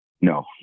No